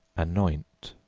anoint,